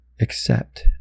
Accept